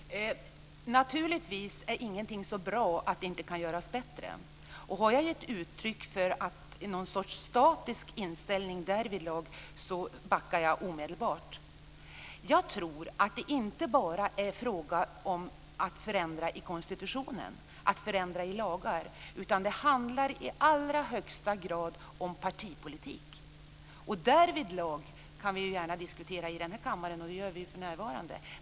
Fru talman! Naturligtvis är ingenting så bra att det inte kan göras bättre. Har jag gett uttryck för någon sorts statisk inställning därvidlag backar jag omedelbart. Jag tror att det inte bara är fråga om att förändra i konstitutionen, att förändra i lagar. Det handlar i allra högsta grad om partipolitik. Detta kan vi gärna diskutera i den här kammaren, och det gör vi ju för närvarande.